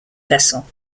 vessel